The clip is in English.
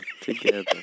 together